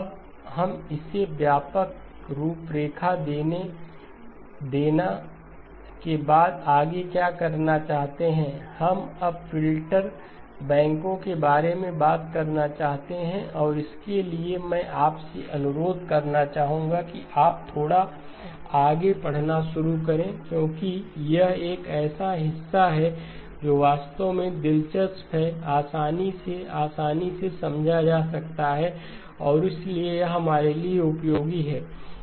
अब हम इसे व्यापक रूपरेखा देना के बाद आगे क्या करना चाहते हैं हम अब फिल्टर बैंकों के बारे में बात करना चाहते हैं और इसके लिए मैं आपसे अनुरोध करना चाहूंगा कि आप थोड़ा आगे पढ़ना शुरू करें क्योंकि यह एक ऐसा हिस्सा है जो वास्तव में दिलचस्प है आसानी से आसानी से समझा जा सकता है और इसलिए यह हमारे लिए उपयोगी है